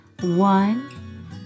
One